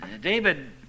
David